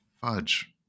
fudge